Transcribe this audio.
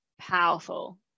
powerful